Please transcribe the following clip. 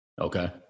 okay